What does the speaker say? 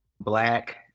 Black